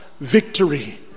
victory